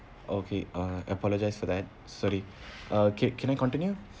okay uh apologise for that sorry uh can can I continue